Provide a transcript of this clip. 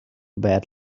bad